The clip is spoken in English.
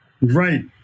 Right